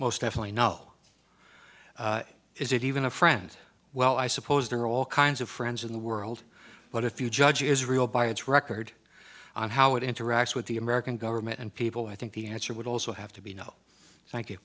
most definitely no is it even a friend well i suppose there are all kinds of friends in the world but if you judge israel by its record on how it interacts with the american government and people i think the answer would also have to be no thank you